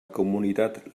comunitat